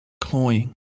Cloying